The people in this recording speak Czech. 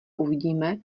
uvidíme